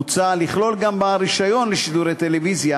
מוצע לכלול גם בעל רישיון לשידורי טלוויזיה